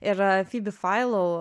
ir fibi failau